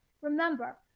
Remember